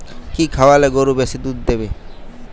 কি খাওয়ালে গরু বেশি দুধ দেবে?